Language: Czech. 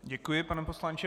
Děkuji, pane poslanče.